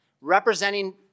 representing